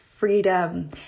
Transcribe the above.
freedom